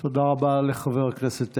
תודה רבה לחבר הכנסת אדלשטיין.